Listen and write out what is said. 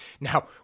Now